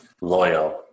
loyal